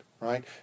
right